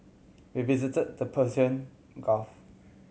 we visited the Persian Gulf